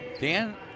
Dan